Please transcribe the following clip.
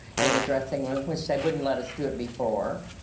in the dressing room, which they wouldn't let us do it before.